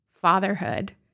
fatherhood